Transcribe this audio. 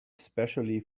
especially